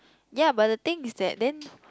ya but the thing is that then